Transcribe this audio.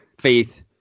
faith